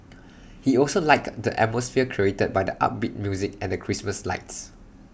he also liked the atmosphere created by the upbeat music and the Christmas lights